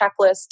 checklist